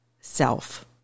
self